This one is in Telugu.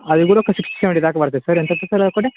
అది కూడా ఒక సిక్స్ సెవెంటీ దాక పడుతుంది సార్ ఎంత వస్తుంది సార్ అది ఒకటి